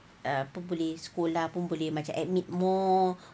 apa boleh sekolah pun boleh admit more